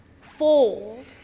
fold